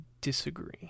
disagree